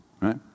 right